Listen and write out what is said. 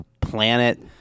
planet